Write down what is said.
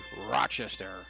rochester